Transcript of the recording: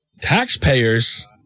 taxpayers